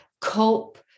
cope